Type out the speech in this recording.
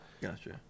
Gotcha